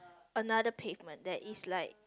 another pavement that is like